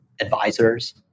advisors